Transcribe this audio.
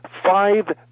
Five